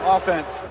Offense